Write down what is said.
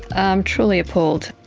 i'm truly appalled,